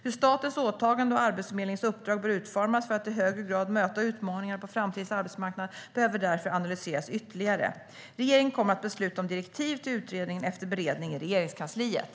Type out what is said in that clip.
Hur statens åtagande och Arbetsförmedlingens uppdrag bör utformas för att i högre grad möta utmaningarna på framtidens arbetsmarknad behöver därför analyseras ytterligare. Regeringen kommer att besluta om direktiv till utredningen efter beredning i Regeringskansliet.